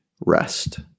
rest